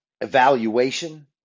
evaluation